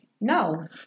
no